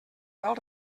tal